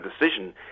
decision